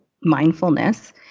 mindfulness